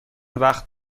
وقت